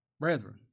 brethren